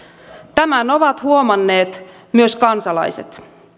tämän ovat huomanneet myös kansalaiset